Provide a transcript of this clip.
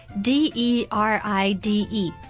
D-E-R-I-D-E